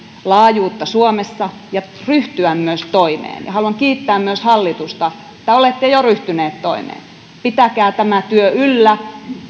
laajuutta suomessa ja ryhtyä myös toimeen haluan kiittää myös hallitusta että olette jo ryhtyneet toimeen pitäkää tämä työ yllä